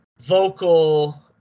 vocal